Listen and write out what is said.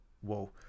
whoa